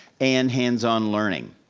and hands-on learning.